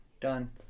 done